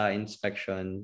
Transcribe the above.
inspection